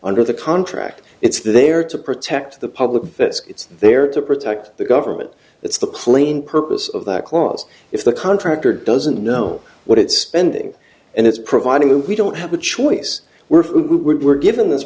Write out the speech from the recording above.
under the contract it's there to protect the public that it's there to protect the government that's the plain purpose of that clause if the contractor doesn't know what it spending and it's providing we don't have a choice we're who were given this